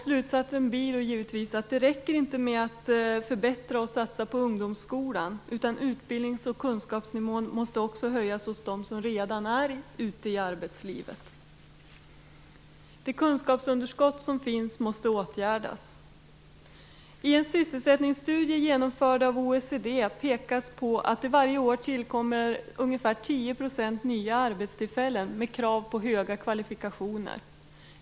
Slutsatsen är givetvis att det inte räcker med att förbättra och satsa på ungdomsskolan, utan utbildnings och kunskapsnivån måste också höjas hos dem som redan är ute i arbetslivet. Det kunskapsunderskott som finns måste åtgärdas. I en sysselsättningsstudie genomförd av OECD pekas på att det varje år tillkommer ungefär 10 % nya arbetstillfällen med krav på höga kvalifikationer.